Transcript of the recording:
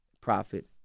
profit